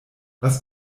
was